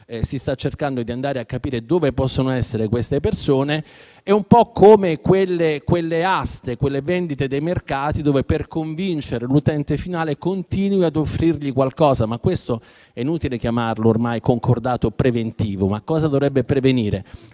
si sta cercando di capire dove possono essere queste persone. È un po' come in quelle aste e vendite dei mercati in cui, per convincere l'utente finale, si continua ad offrirgli qualcosa. Ormai è inutile chiamare ciò concordato preventivo. Cosa dovrebbe pervenire?